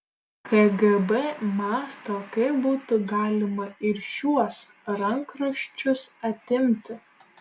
kgb mąsto kaip būtų galima ir šiuos rankraščius atimti